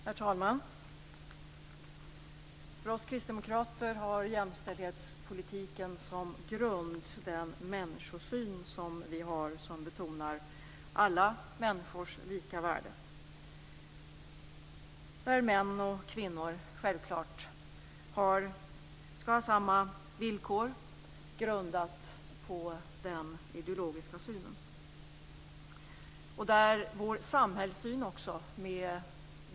Herr talman! Vi kristdemokrater har som grund för jämställdhetspolitiken den människosyn som vi har och som betonar alla människors lika värde. Män och kvinnor skall självklart ha samma villkor, grundade på denna ideologiska syn.